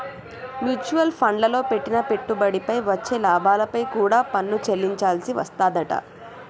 mutual ఫండ్లల్లో పెట్టిన పెట్టుబడిపై వచ్చే లాభాలపై కూడా పన్ను చెల్లించాల్సి వస్తాదంట